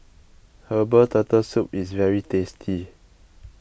Herbal Turtle Soup is very tasty